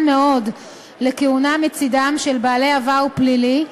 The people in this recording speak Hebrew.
מאוד לכהונה מצדם של בעלי עבר פלילי,